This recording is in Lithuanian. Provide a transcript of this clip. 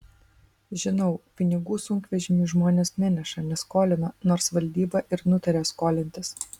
žinau pinigų sunkvežimiui žmonės neneša neskolina nors valdyba ir nutarė skolintis